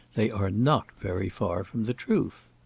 they are not very far from the truth.